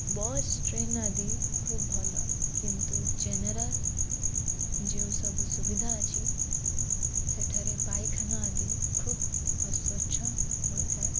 bus train ଆଦି ଖୁବ୍ ଭଲ କିନ୍ତୁ ଜେନେରାଲ୍ ଯେଉଁ ସବୁ ସୁବିଧା ଅଛି ସେଠାରେ ପାଇଖାନା ଆଦି ଖୁବ୍ ଅସ୍ଵଚ୍ଛ ହୋଇଥାଏ